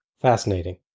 Fascinating